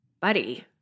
Buddy